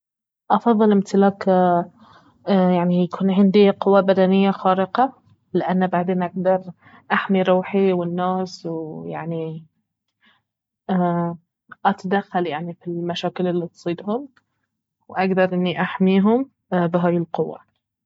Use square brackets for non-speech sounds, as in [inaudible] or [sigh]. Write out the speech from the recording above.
افضل امتلاك [hesitation] يعني يكون عندي قوة بدنية خارقة لانه بعدين اقدر احمي روحي والناس ويعني [hesitation] اتدخل يعني في المشاكل الي تصيدهم واقدر اني احميهم بهاي القوة